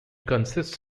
consists